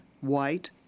white